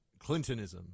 clintonism